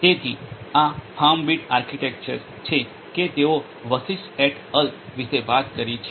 તેથી આ FarmBeats architecture છે કે તેઓ વશિષ્ઠ એટ અલ વિશે વાત કરી છે